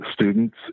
students